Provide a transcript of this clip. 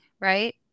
Right